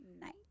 night